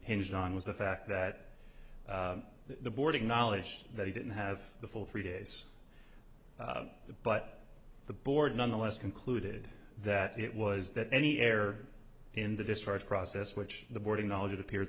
hinged on was the fact that the board acknowledged that he didn't have the full three days but the board nonetheless concluded that it was that any error in the discharge process which the board of knowledge it appears